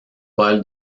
paul